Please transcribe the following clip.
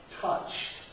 touched